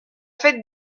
fête